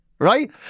Right